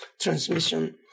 transmission